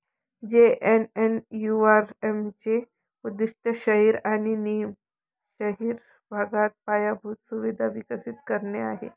JNNURM चे उद्दीष्ट शहरी आणि निम शहरी भागात पायाभूत सुविधा विकसित करणे आहे